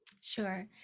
Sure